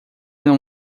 não